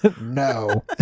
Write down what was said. No